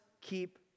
keep